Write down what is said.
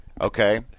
Okay